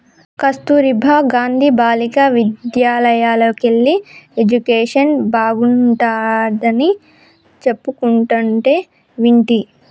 కస్తుర్బా గాంధీ బాలికా విద్యాలయల్లోకెల్లి ఎడ్యుకేషన్ బాగుంటాడని చెప్పుకుంటంటే వింటి